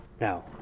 now